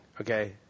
okay